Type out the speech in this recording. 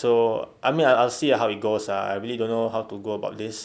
so I mean I will see how it goes ah I really don't know how to go about this